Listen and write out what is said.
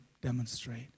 demonstrate